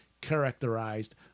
characterized